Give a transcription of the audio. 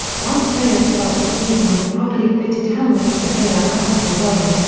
once players start the season with properly fitted helmets that they are comfortable wearing,